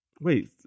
Wait